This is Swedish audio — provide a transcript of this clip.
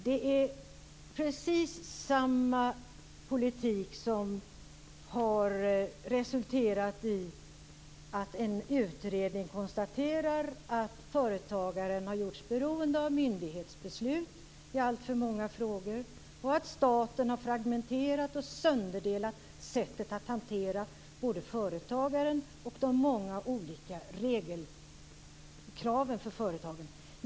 Det är precis samma politik som har resulterat i att en utredning konstaterar att företagaren har gjorts beroende av myndighetsbeslut i alltför många frågor och att staten har fragmenterat och sönderdelat sättet att hantera både företagaren och de många olika regelkraven för företagen.